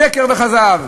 שקר וכזב.